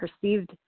perceived